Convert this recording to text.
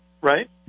right